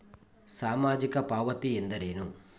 ಸಾಮಾಜಿಕ ಪಾವತಿ ಎಂದರೇನು?